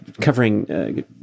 covering